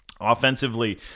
offensively